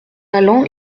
allant